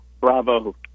bravo